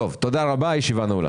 תודה רבה, הישיבה נעולה.